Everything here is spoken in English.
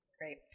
Great